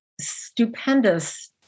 stupendous